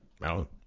no